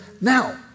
now